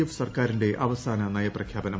F സർക്കാറിന്റെ അവസാന നയപ്രഖ്യാപനം